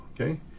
okay